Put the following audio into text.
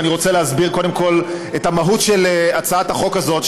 ואני רוצה להסביר קודם כול את המהות של הצעת החוק הזאת,